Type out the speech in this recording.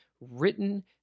written